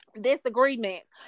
disagreements